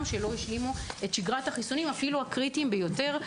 שלא השלימו את שגרת החיסונים אפילו הקריטיים ביותר.